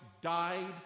died